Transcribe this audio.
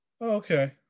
okay